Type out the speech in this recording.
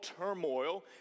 turmoil